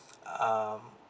um